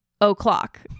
o'clock